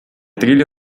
trilha